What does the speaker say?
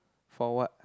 for what